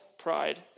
pride